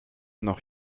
noch